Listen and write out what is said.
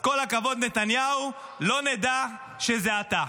אז כל הכבוד, נתניהו, לא נדע שזה אתה.